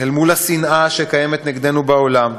אל מול השנאה שקיימת נגדנו בעולם,